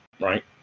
right